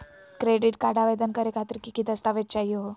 Credit card आवेदन करे खातिर की की दस्तावेज चाहीयो हो?